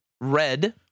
red